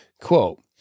Quote